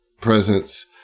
presence